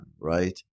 right